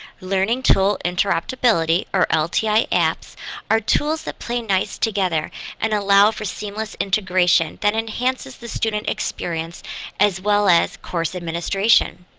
learning tool interoperability or lti apps are tools that play nice together and allow for seamless integration that enhances the student experience as well as course administration.